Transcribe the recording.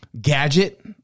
gadget